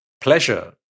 pleasure